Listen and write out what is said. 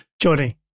Johnny